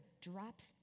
drops